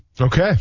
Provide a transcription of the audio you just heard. Okay